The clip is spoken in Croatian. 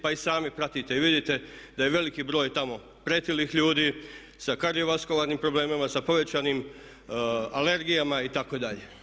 Pa i sami pratite i vidite da je veliki broj tamo pretilih ljudi sa kardiovaskularnim problemima, sa povećanim alergijama itd.